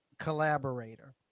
Collaborator